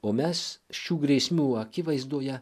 o mes šių grėsmių akivaizdoje